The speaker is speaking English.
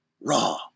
Raw